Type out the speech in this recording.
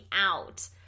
out